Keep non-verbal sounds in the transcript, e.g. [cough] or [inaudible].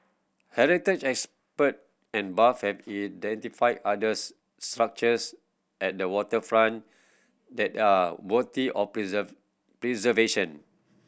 heritage expert and buff have identified others structures at the waterfront that are worthy of [unintelligible] preservation